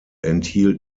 enthielt